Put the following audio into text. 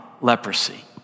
leprosy